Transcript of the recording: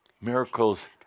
Miracles